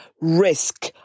risk